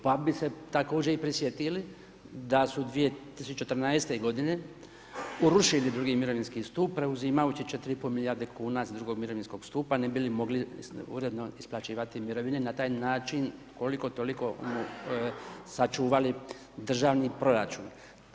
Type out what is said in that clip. Pa bi se također i prisjetili da su 2014. godine urušili drugi mirovinski stup preuzimajući 4,5 milijarde kuna iz drugog mirovinskog stupa ne bi li mogli uredno isplaćivati mirovine, na taj način koliko toliko sačuvali državni proračun.